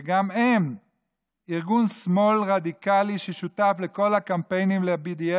וגם הם ארגון שמאל רדיקלי ששותף לכל הקמפיינים ל-BDS